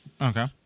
Okay